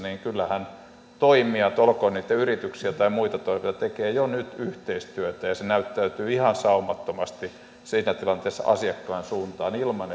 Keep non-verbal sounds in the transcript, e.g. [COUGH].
kyllähän toimijat olkoon ne niitä yrityksiä tai muita toimijoita tekevät jo nyt yhteistyötä ja se näyttäytyy ihan saumattomasti siinä tilanteessa asiakkaan suuntaan ilman [UNINTELLIGIBLE]